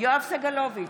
יואב סגלוביץ'